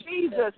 Jesus